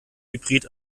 hybrid